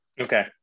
Okay